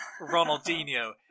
Ronaldinho